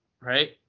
right